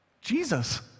Jesus